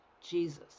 Jesus